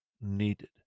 needed